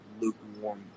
lukewarm